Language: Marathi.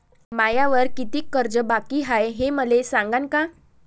मायावर कितीक कर्ज बाकी हाय, हे मले सांगान का?